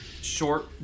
short